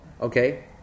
okay